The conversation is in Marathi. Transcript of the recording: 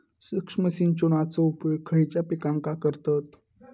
सूक्ष्म सिंचनाचो उपयोग खयच्या पिकांका करतत?